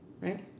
Right